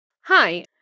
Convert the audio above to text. Hi